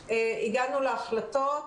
המוסדות והגענו להחלטות.